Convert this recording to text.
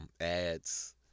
ads